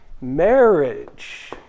Marriage